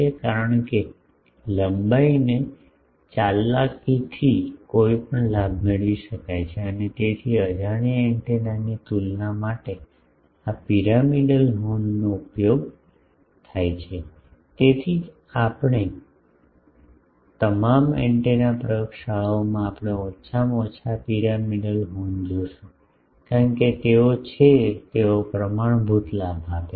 કારણ કે લંબાઈને ચાલાકીથી કોઈપણ લાભ મેળવી શકાય છે અને તેથી અજાણ્યા એન્ટેનાની તુલના માટે આ પિરામિડલ હોર્નનો ઉપયોગ થાય છે તેથી જ તમામ એન્ટેના પ્રયોગશાળાઓમાં આપણે ઓછામાં ઓછા આ પિરામિડલ હોર્ન જોશું કારણ કે તેઓ છે તેઓ પ્રમાણભૂત લાભ આપે છે